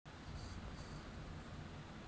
আমাদের ব্যাংকের লল একাউল্ট গুলা জালা যায়